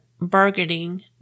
bargaining